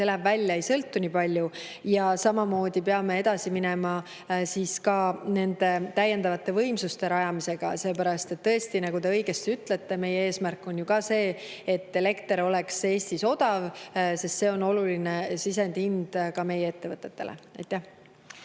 see läheb välja. Ja samamoodi peame edasi minema nende täiendavate võimsuste rajamisega, sellepärast, et tõesti, nagu te õigesti ütlesite, meie eesmärk on ka see, et elekter oleks Eestis odav, sest see on oluline sisendhind ka meie ettevõtetele. Aivar